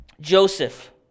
Joseph